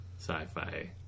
sci-fi